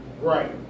Right